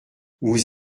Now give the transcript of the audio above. vous